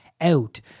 out